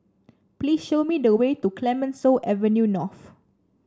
please show me the way to Clemenceau Avenue North